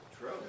True